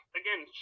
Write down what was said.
again